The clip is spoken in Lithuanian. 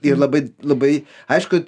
ir labai labai aišku